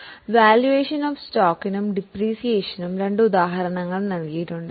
സ്റ്റോക്കിന്റെ മൂല്യനിർണ്ണയത്തിനും ഡിപ്രീസിയേഷനും രണ്ട് ഉദാഹരണങ്ങൾ നൽകിയിട്ടുണ്ട്